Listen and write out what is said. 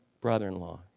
brother-in-law